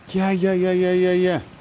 yeah, yeah